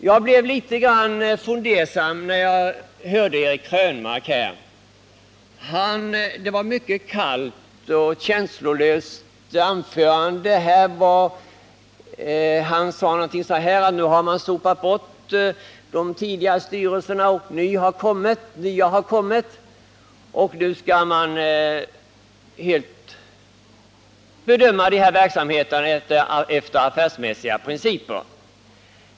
Jag blev litet fundersam när jag hörde Eric Krönmarks mycket kalla och känslolösa anförande. Han sade något om att man nu sopat bort de tidigare styrelserna och företagsledningarna och att man fått nya. Han sade vidare att man hädanefter skall bedöma de här verksamheterna enligt helt affärsmässiga principer.